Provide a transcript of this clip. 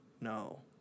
No